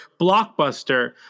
blockbuster